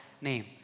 name